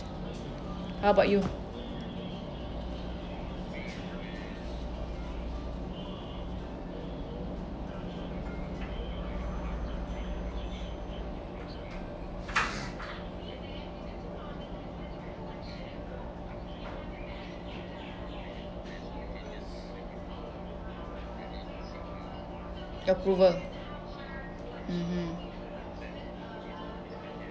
how about you approval mmhmm